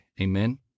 Amen